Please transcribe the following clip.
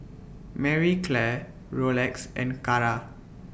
Marie Claire Rolex and Kara